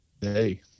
Hey